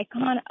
icon